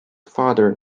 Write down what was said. father